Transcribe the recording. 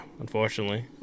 unfortunately